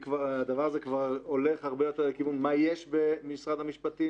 הדבר הזה הולך הרבה יותר לכיוון מה יש במשרד המשפטים,